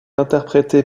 interprété